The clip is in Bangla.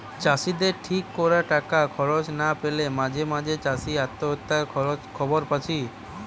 চাষিদের ঠিক কোরে টাকা খরচ না পেলে মাঝে মাঝে চাষি আত্মহত্যার খবর পাচ্ছি